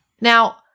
Now